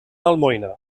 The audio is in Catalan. almoina